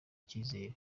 icyizere